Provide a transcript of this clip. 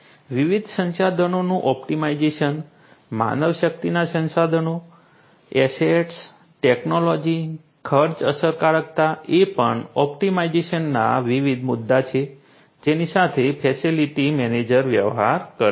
વિવિધ સંસાધનોનું ઑપ્ટિમાઇઝેશન માનવશક્તિના સંસાધનો એસેટ્સ ટેક્નૉલૉજી ખર્ચ અસરકારકતા એ પણ ઑપ્ટિમાઇઝેશનના વિવિધ મુદ્દાઓ છે જેની સાથે ફેસિલિટી મેનેજર વ્યવહાર કરે છે